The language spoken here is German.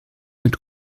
mit